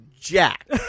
jack